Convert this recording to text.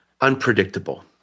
unpredictable